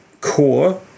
core